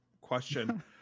question